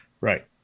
Right